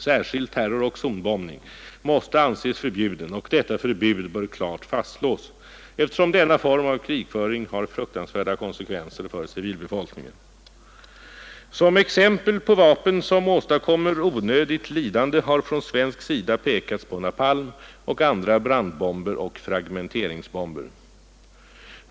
Särskilt terroroch zonbombning måste anses förbjuden, och detta förbud bör klart fastslås, eftersom denna form av krigföring har fruktansvärda konsekvenser för Som exempel på vapen som åstadkommer onödigt lidande har från svensk sida pekats på napalm och andra brandbomber och fragmenteringsbomber.